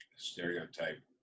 Stereotype